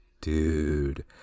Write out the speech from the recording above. dude